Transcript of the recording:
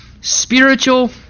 spiritual